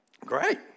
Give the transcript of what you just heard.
great